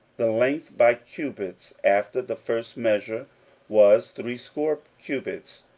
the length by cubits after the first measure was threescore cubits,